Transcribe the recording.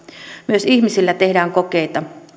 myös ihmisillä tehdään kokeita